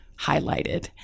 highlighted